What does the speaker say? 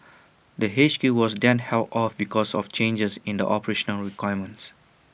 the H Q was then held off because of changes in the operational requirements